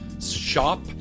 Shop